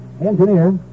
engineer